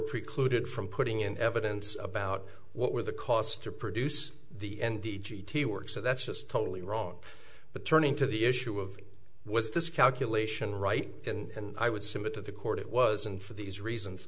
precluded from putting in evidence about what were the costs to produce the end the g t work so that's just totally wrong but turning to the issue of was this calculation right and i would submit to the court it was and for these reasons